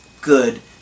good